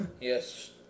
Yes